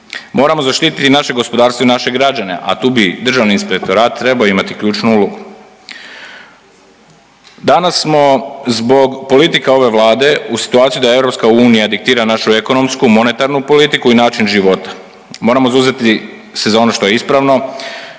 Moramo zaštiti i naše gospodarstvo i naše građane, a tu bi Državni inspektorat trebao imati ključnu ulogu. Danas smo zbog politika ove Vlade u situaciji da EU diktira našu ekonomsku monetarnu politiku i način života. Moramo zauzeti se za ono što je ispravno,